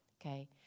Okay